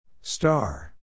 star